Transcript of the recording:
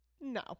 no